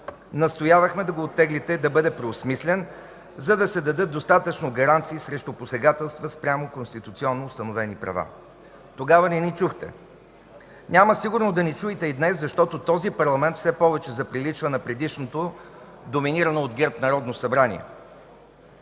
Настоявахме да го оттеглите, да бъде преосмислен, за да се дадат достатъчно гаранции срещу посегателства спрямо конституционно установени права. Тогава не ни чухте. Няма сигурно да ни чуете и днес, защото този парламент все повече заприличва на предишното доминирано от ГЕРБ Народно събрание.